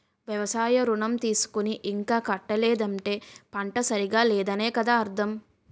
వ్యవసాయ ఋణం తీసుకుని ఇంకా కట్టలేదంటే పంట సరిగా లేదనే కదా అర్థం